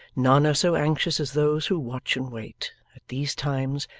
none are so anxious as those who watch and wait at these times,